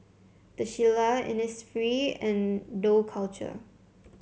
The Shilla Innisfree and Dough Culture